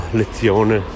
lezione